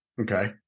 Okay